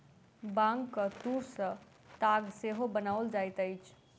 बांगक तूर सॅ ताग सेहो बनाओल जाइत अछि